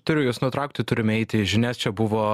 turiu jus nutraukti turime eiti į žinias čia buvo